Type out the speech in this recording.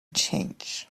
change